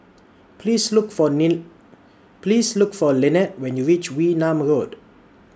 Please Look For Please Look For Lynnette when YOU REACH Wee Nam Road